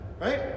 right